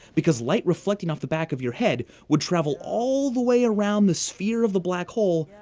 because light reflecting off the back of your head would travel all the way around the sphere of the black hole,